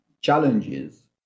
challenges